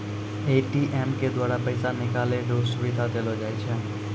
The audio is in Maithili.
ए.टी.एम के द्वारा पैसा निकालै रो सुविधा देलो जाय छै